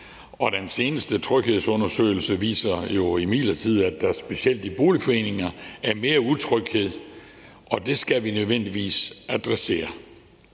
Den seneste tryghedsundersøgelse viser jo imidlertid, at der specielt i boligforeninger er mere utryghed, og det skal vi nødvendigvis adressere.